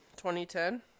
2010